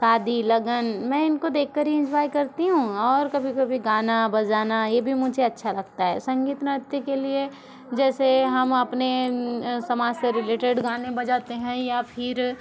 शादी लगन मैं इनको देख कर ही इन्जॉय करती हूँ और कभी कभी गाना बजाना ये भी मुझे अच्छा लगता है संगीत नृत्य के लिए जैसे हम अपने समाज से रिलेटेड गाने बजाते है या फिर